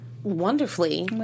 wonderfully